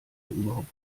überhaupt